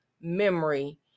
memory